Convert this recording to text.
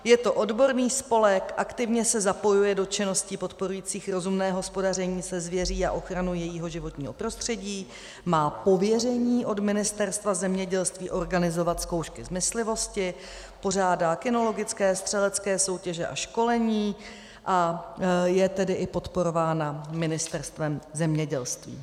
Je to odborný spolek, aktivně se zapojuje do činností podporujících rozumné hospodaření se zvěří a ochranu jejího životního prostředí, má pověření od Ministerstva zemědělství organizovat zkoušky z myslivosti, pořádá kynologické, střelecké soutěže a školení, a je tedy i podporována Ministerstvem zemědělství.